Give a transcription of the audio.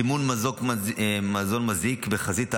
סימון מזון מזיק בחזית האריזה,